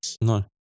No